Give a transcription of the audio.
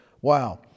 Wow